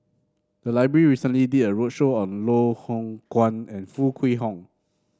the library recently did a roadshow on Loh Hoong Kwan and Foo Kwee Horng